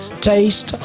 Taste